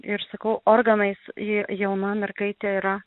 ir sakau organais ji jauna mergaitė yra